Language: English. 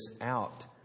out